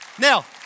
Now